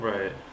Right